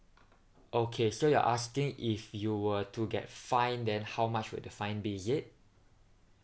okay so you're asking if you were to get fined then how much would the fine be is it